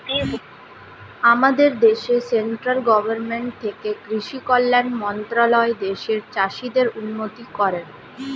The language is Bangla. আমাদের দেশে সেন্ট্রাল গভর্নমেন্ট থেকে কৃষি কল্যাণ মন্ত্রণালয় দেশের চাষীদের উন্নতি করে